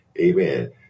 Amen